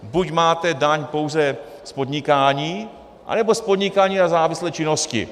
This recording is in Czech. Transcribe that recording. Buď máte daň pouze z podnikání, anebo z podnikání a závislé činnosti.